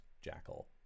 jackal